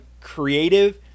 creative